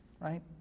right